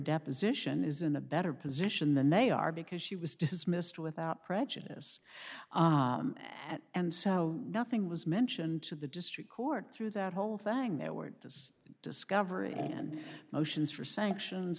deposition is in a better position than they are because she was dismissed without prejudice and so nothing was mentioned to the district court through that whole thing there weren't as discovery and motions for sanctions